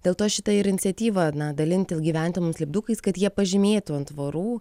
dėl to šita ir iniciatyva dalinti gyventojams lipdukais kad jie pažymėtų ant tvorų